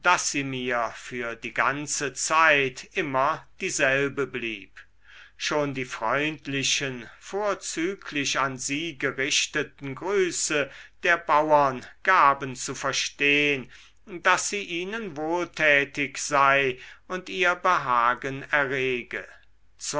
sie mir für die ganze zeit immer dieselbe blieb schon die freundlichen vorzüglich an sie gerichteten grüße der bauern gaben zu verstehn daß sie ihnen wohltätig sei und ihr behagen errege